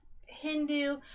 Hindu